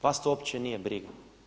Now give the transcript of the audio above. Vas to uopće nije briga.